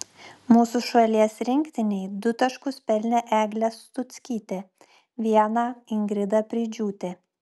mūsų šalies rinktinei du taškus pelnė eglė stuckytė vieną ingrida preidžiūtė